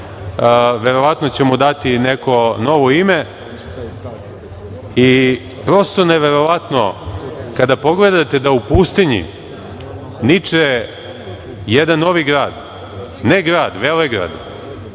verovatno će mu dati neko novo ime. Prosto neverovatno, kada pogledate da u pustinji niče jedan novi grad, ne grad, velegrad,